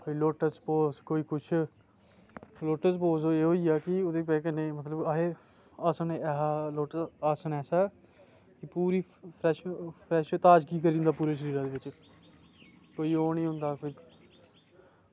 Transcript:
ते lotus pose कोई कुसै लोटस पोज होइया कि ओहदे च असें ताजगी करी दिंदा पूरे शरीरै च ते कोईओह निं होंदा के